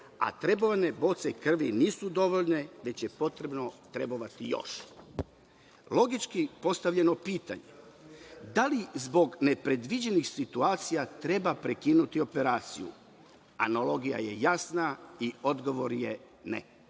a trebovane boce krvi nisu dovoljne već je potrebno trebovati još. Logički postavljeno pitanje – da li zbog nepredviđenih situacija treba prekinuti situaciju? Analogija je jasna i odgovor je –